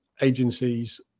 agencies